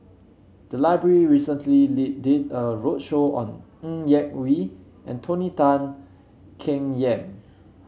the library recently did a roadshow on Ng Yak Whee and Tony Tan Keng Yam